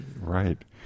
Right